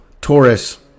Taurus